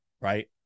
right